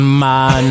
man